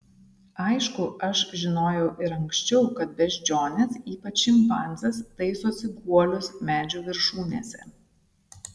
aišku aš žinojau ir anksčiau kad beždžionės ypač šimpanzės taisosi guolius medžių viršūnėse